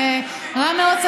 זה רע מאוד.